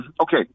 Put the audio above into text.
okay